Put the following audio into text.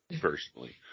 personally